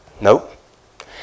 Nope